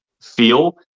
feel